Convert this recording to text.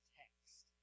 text